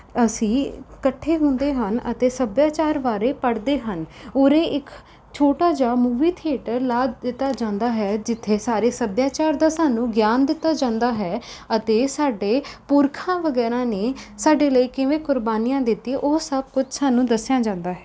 ਅਸੀਂ ਇਕੱਠੇ ਹੁੰਦੇ ਹਨ ਅਤੇ ਸੱਭਿਆਚਾਰ ਬਾਰੇ ਪੜ੍ਹਦੇ ਹਨ ਉਰੇ ਇੱਕ ਛੋਟਾ ਜਿਹਾ ਮੂਵੀ ਥੀਏਟਰ ਲਗਾ ਦਿੱਤਾ ਜਾਂਦਾ ਹੈ ਜਿੱਥੇ ਸਾਰੇ ਸੱਭਿਆਚਾਰ ਦਾ ਸਾਨੂੰ ਗਿਆਨ ਦਿੱਤਾ ਜਾਂਦਾ ਹੈ ਅਤੇ ਸਾਡੇ ਪੁਰਖਾਂ ਵਗੈਰਾ ਨੇ ਸਾਡੇ ਲਈ ਕਿਵੇਂ ਕੁਰਬਾਨੀਆਂ ਦਿੱਤੀ ਉਹ ਸਭ ਕੁਝ ਸਾਨੂੰ ਦੱਸਿਆ ਜਾਂਦਾ ਹੈ